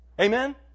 Amen